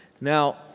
Now